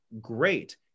Great